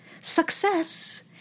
success